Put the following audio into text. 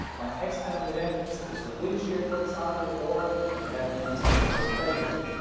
by an external event such as a wind shear for example, or an airplane technical failure.